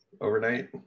overnight